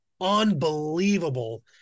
unbelievable